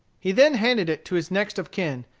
he then handed it to his next of kin,